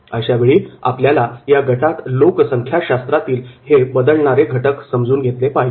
अशावेळी आपल्याला या गटात लोकसंख्या शास्त्रातील हे बदलणारे घटक समजून घेतले पाहिजे